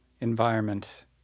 environment